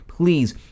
please